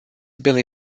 billy